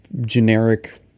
generic